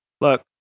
Look